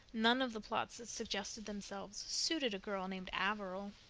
none of the plots that suggested themselves suited a girl named averil.